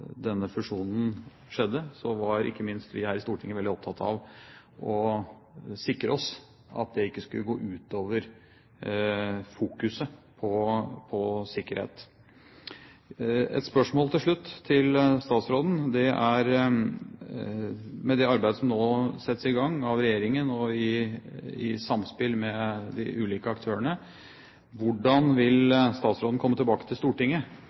denne ulykken, tilsier en spesiell årvåkenhet i Norge, fordi forvaltningen av ressursene våre nå domineres veldig sterkt av ett stort selskap. Da fusjonen skjedde, var ikke minst vi her i Stortinget veldig opptatt av å sikre at det ikke skulle gå ut over fokuseringen på sikkerhet. Et spørsmål til slutt til statsråden: Med det arbeidet som nå settes i gang av regjeringen, i samspill med de ulike aktørene, hvordan